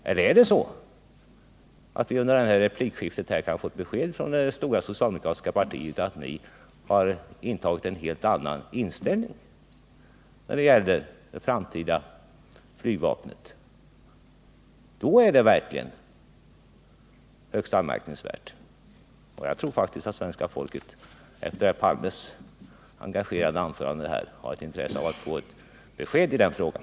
Eller kan vi möjligen under detta replikskifte få ett besked från det stora socialdemokratiska partiet att det har haft en helt annan inställning när det gäller det framtida flygvapnet? Det är i så fall högst anmärkningsvärt. Jag tror faktiskt att svenska folket efter Olof Palmes engagerade anförande här har intresse av att få besked på den punkten.